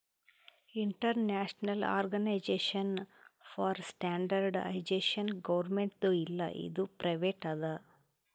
international organisation for standardisation ಗೌರ್ಮೆಂಟ್ದು ಇಲ್ಲ ಇದು ಪ್ರೈವೇಟ್ ಅದಾ